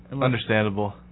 understandable